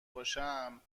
باشم